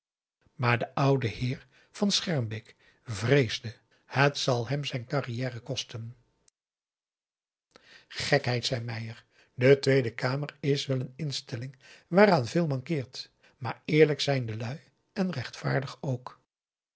der lindens c s onder ps maurits het zal hem zijn carrière kosten gekheid zei meier de tweede kamer is wel een instelling waaraan veel mankeert maar eerlijk zijn de lui en rechtvaardig ook